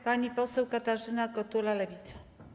Pani poseł Katarzyna Kotula, Lewica.